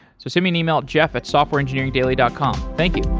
so send me an email at jeff at softwarengineeringdaily dot com thank you